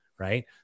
right